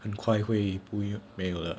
很快会不一样没有了